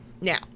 Now